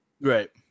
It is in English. Right